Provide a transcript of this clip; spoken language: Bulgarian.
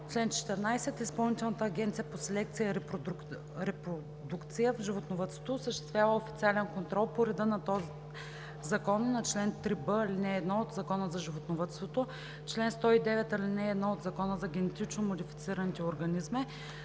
„Чл. 14. Изпълнителната агенция по селекция и репродукция в животновъдството осъществява официален контрол по реда на този закон и на чл. 3б, ал. 1 от Закона за животновъдството, чл. 109, ал. 1 от Закона за генетично модифицирани организми,